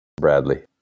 Bradley